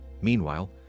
Meanwhile